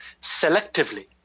selectively